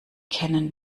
kennen